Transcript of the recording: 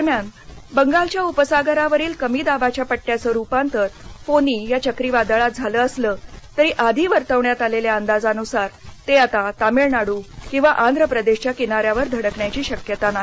दरम्यान बंगालच्या उपसागरावरील कमी दाबाच्या पट्ट्याचं रुपांतर फोनि या चक्रीवादळात झालं असलं तरी आधी वर्तवण्यात आलेल्या अंदाजानुसार ते आता तमिळनाडू किंवा आंध्रप्रदेशाच्या किनाऱ्यावर धडकण्याची शक्यता नाही